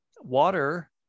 water